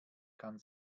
kann